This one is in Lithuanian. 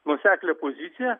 nuoseklią poziciją